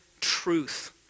truth